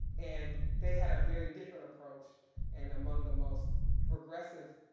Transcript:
and they had a very different approach and among the most regressive,